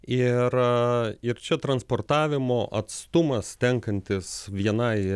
ir ir čia transportavimo atstumas tenkantis vienai